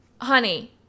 honey